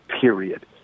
period